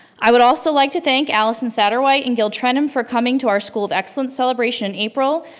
i would also like to thank allison saderwhite and gil trenum for coming to our school's excellence celebration april.